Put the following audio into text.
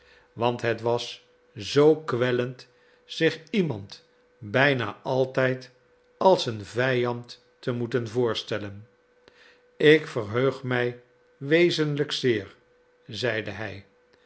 want het was zoo kwellend zich iemand bijna altijd als een vijand te moeten voorstellen ik verheug mij wezenlijk zeer zeide hij